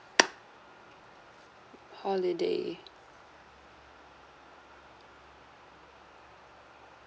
holiday